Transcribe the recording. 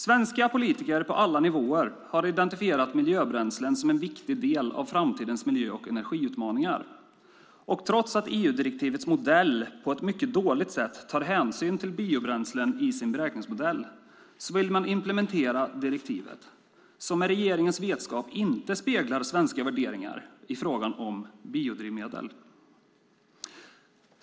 Svenska politiker på alla nivåer har identifierat biobränslen som en viktig del av framtidens miljö och energiutmaningar, och trots att EU-direktivets modell på ett mycket dåligt sätt tar hänsyn till biobränslen i sin beräkningsmodell vill man implementera direktivet, som med regeringens vetskap inte speglar svenska värderingar i fråga om biodrivmedel.